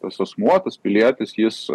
tas asmuo tas pilietis jis